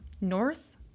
North